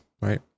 right